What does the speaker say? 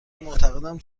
معتقدم